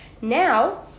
Now